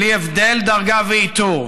בלי הבדל דרגה ועיטור,